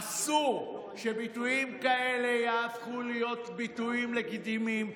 אסור שביטויים כאלה ייהפכו להיות ביטויים לגיטימיים.